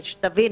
שתבינו,